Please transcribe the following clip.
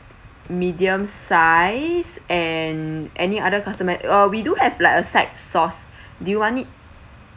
medium size and any other customi~ uh we do have like a side sauce do you want it